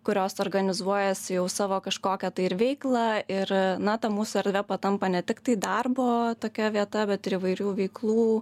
kurios organizuojasi jau savo kažkokią tai ir veiklą ir na ta mūsų erdve patampa ne tiktai darbo tokia vieta bet ir įvairių veiklų